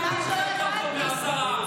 חבר הכנסת, בושה, בושה.